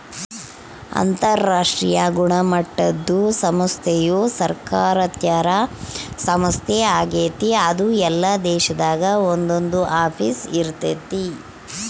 ಅಂತರಾಷ್ಟ್ರೀಯ ಗುಣಮಟ್ಟುದ ಸಂಸ್ಥೆಯು ಸರ್ಕಾರೇತರ ಸಂಸ್ಥೆ ಆಗೆತೆ ಅದು ಎಲ್ಲಾ ದೇಶದಾಗ ಒಂದೊಂದು ಆಫೀಸ್ ಇರ್ತತೆ